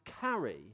carry